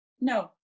No